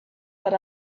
what